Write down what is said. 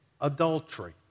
adultery